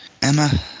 Emma